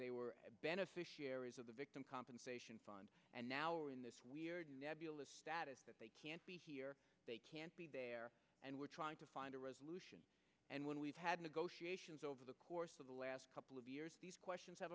they were beneficiaries of the victim compensation fund and now are in this weird nebulous status that they can't be here they can't be there and we're trying to find a resolution and when we've had negotiations over the course of the last couple of years these questions have